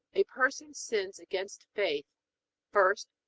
a person sins against faith first,